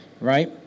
Right